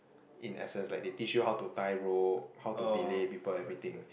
in essence like they teach you how to tie rope how to belay people everything